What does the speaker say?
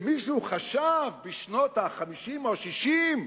מישהו חשב, בשנות ה-50 או ה-60,